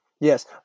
Yes